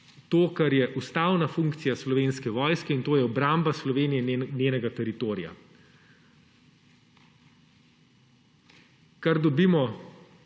to, kar je ustavna funkcija Slovenske vojske, in to je obramba Slovenije in njenega teritorija. Kar dobimo